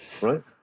right